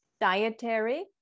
dietary